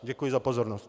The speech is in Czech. Děkuji za pozornost.